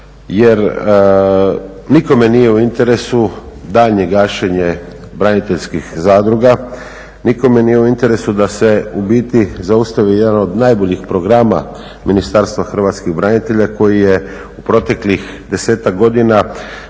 jer nikome nije u interesu daljnje gašenje braniteljskih zadruga, nikome nije u interesu da se u biti zaustavi jedan od najboljih programa Ministarstva hrvatskih branitelja koji je u proteklih desetak godina